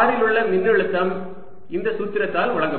r இல் உள்ள மின்னழுத்தம் இந்த சூத்திரத்தால் வழங்கப்படும்